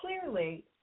clearly